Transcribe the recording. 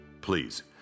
Please